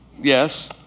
Yes